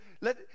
let